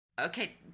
okay